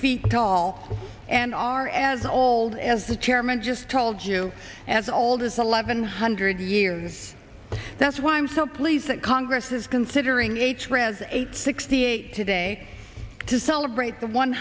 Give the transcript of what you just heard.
feet tall and are as old as the chairman just told you as old as eleven hundred years that's why i'm so pleased that congress is considering eight friends a sixty eight today to celebrate the one